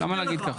למה להגיד ככה.